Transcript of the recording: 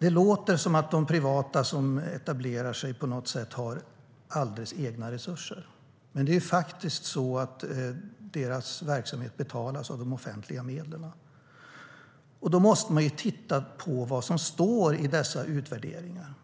Det låter som att de privata aktörer som etablerar sig på något sätt har alldeles egna resurser. Men det är faktiskt så att deras verksamhet betalas av offentliga medel. Man måste titta på vad som står i dessa utvärderingar,